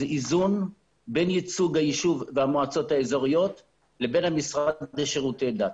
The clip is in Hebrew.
זה איזון בין ייצוג היישוב והמועצות האזוריות לבין המשרד לשירותי דת.